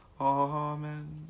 Amen